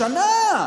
בשנה.